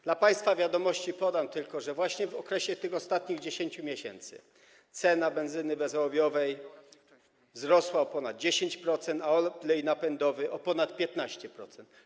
Dla państwa wiadomości podam tylko, że właśnie w okresie tych ostatnich 10 miesięcy cena benzyny bezołowiowej wzrosła o ponad 10%, a oleju napędowego o ponad 15%.